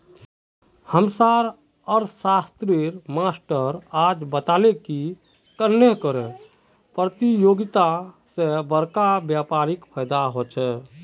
हम्चार अर्थ्शाश्त्रेर मास्टर आज बताले की कन्नेह कर परतियोगिता से बड़का व्यापारीक फायेदा होचे